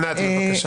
ענת, בבקשה.